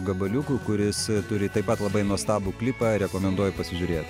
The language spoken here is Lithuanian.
gabaliukų kuris turi taip pat labai nuostabų klipą rekomenduoju pasižiūrėti